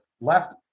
left